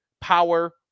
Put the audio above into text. power